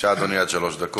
בבקשה, אדוני, עד שלוש דקות.